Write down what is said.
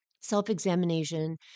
self-examination